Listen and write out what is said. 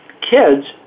kids